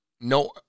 no